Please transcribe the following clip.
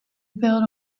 build